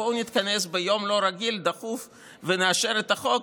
בואו נתכנס דחוף ביום לא רגיל ונאשר את החוק,